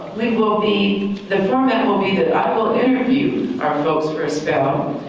we will be, the format will be, i will interview our folks for a spell.